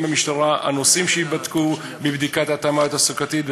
במשטרה והנושאים שייבדקו בבדיקת ההתאמה התעסוקתית,